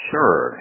Sure